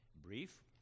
brief